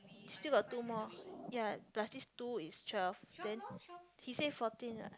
you still got two more ya plus these two is twelve then he said fourteen what